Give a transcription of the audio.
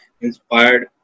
inspired